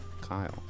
Kyle